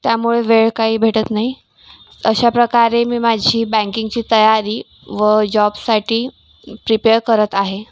त्यामुळे वेळ काही भेटत नाही अशा प्रकारे मी माझी बँकिंगची तयारी व जॉबसाठी प्रिपेअर करत आहे